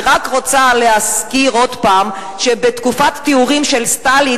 אני רק רוצה להזכיר עוד פעם שבתקופת הטיהורים של סטלין,